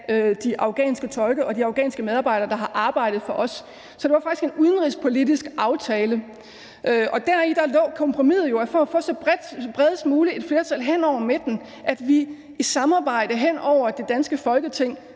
af de afghanske tolke og de afghanske medarbejdere, der har arbejdet for os. Så det var faktisk en udenrigspolitisk aftale. Der lå kompromiset jo i, at vi for at få bredest mulige flertal hen over midten og samarbejde hen over det danske Folketing